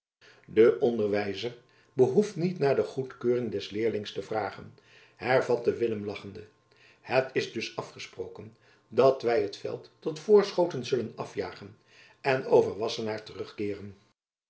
de onderwijzer behoeft niet naar de goedkeuring des leerlings te vragen hervatte willem lachende het is dus afgesproken dat wy het veld tot voorschoten zullen afjagen en over wassenaar